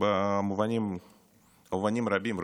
במובנים רבים.